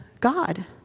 God